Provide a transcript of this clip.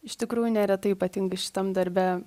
iš tikrųjų neretai ypatingai šitam darbe